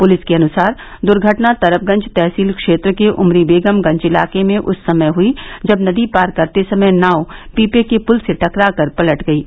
police के अनुसार दुर्घटना तरबगंज तहसील क्षेत्र के उमरीबेगम गंज इलाके में उस समय हुई जब नदी पार करते समय नाव पीपे के पुल से टकराकर पलट गयी